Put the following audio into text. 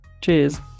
Cheers